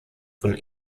von